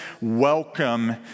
welcome